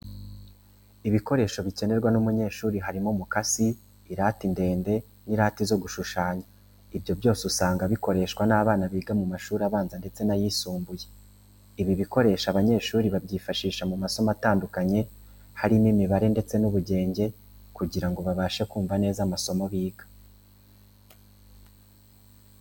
Ibikoresho bikenerwa n'umunyeshuri, harimo umukasi, irati ndende n'irati zo gushushanya. Ibyo byose usanga bikoreshwa n'abana biga mu mashuri abanza ndetse n'ayisumbuye. Ibi bikoresho abanyeshuri babyifashisha mu masomo atandukanye, harimo imibare ndetse n'ubugenge kugira ngo babashe kumva neza amasomo biga.